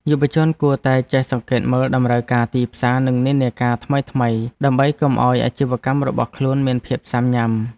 យុវជនគួរតែចេះសង្កេតមើលតម្រូវការទីផ្សារនិងនិន្នាការថ្មីៗ ដើម្បីកុំឱ្យអាជីវកម្មរបស់ខ្លួនមានភាពស៊ាំញ៉ាំ។